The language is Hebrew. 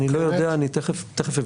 אני לא יודע, אני תכף אבדוק.